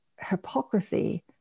hypocrisy